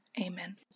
amen